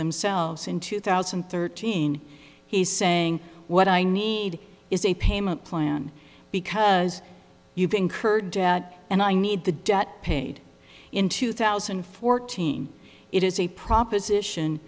themselves in two thousand and thirteen he's saying what i need is a payment plan because you've incurred debt and i need the debt paid in two thousand and fourteen it is a proposition